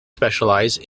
specialise